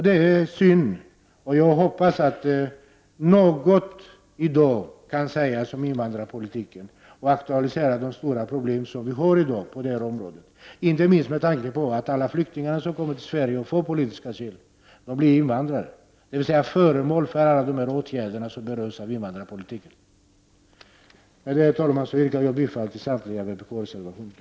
Det är synd, och jag hoppas att någonting i denna debatt skall kunna sägas om invandrarpolitiken och de svåra problem som vi i dag har på detta område, inte minst med tanke på att alla flyktingar som kommer till Sverige och får politisk asyl blir invandrare och alltså blir föremål för dessa åtgärder inom invandrarpolitiken. Herr talman! Med detta yrkar jag bifall till samtliga vpk-reservationer.